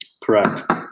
Correct